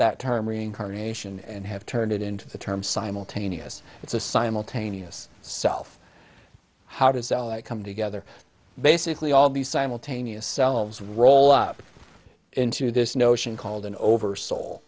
that term reincarnation and have turned it into the term simultaneous it's a simultaneous self how does it come together basically all these simultaneous selves roll up into this notion called an over soul